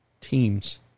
teams